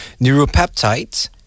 neuropeptides